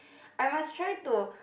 I must try to